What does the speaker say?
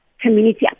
community